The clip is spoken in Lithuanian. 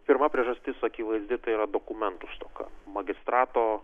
pirma priežastis akivaizdi tai yra dokumentų stoka magistrato